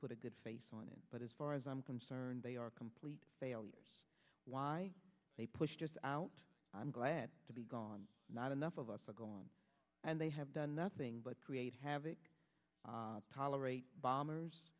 put a good face on it but as far as i'm concerned they are a complete failure why they pushed out i'm glad to be gone not enough of us are gone and they have done nothing but create havoc tolerate bombers